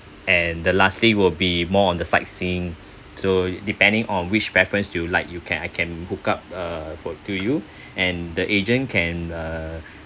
and the last day will be more on the sightseeing so depending on which preference do you like you can I can book up uh book to you and the agent can uh